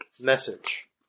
message